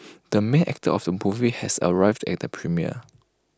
the main actor of some movie has arrived at the premiere